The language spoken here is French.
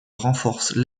renforce